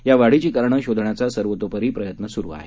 या वाढीची कारणं शोधण्याचा सर्वतोपरी प्रयत्न सुरु आहे